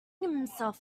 himself